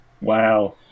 Wow